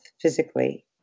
physically